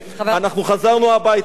אנחנו חזרנו הביתה,